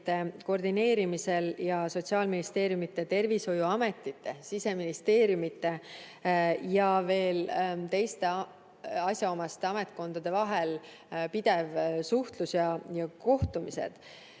koordineerimisel ning sotsiaalministeeriumide, tervishoiuametite, siseministeeriumide ja veel teiste asjaomaste ametkondade vahel pidev suhtlus ja kohtumised,